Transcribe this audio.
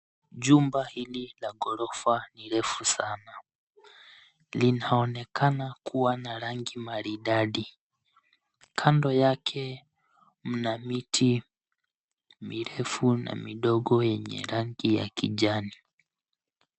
Chumba hili la gorofa ni refu sana. Linaonekana kuwa na rangi maridadi. Kando yake mna miti mirefu na midogo enye rangi ya kijani.